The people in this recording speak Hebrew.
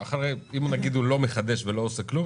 אם הוא לא מחדש ולא עושה כלום,